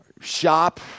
shop